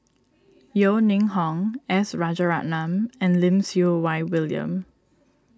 Yeo Ning Hong S Rajaratnam and Lim Siew Wai William